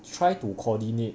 try to coordinate